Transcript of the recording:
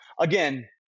again